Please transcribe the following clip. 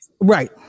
Right